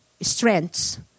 strengths